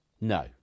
No